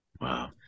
Wow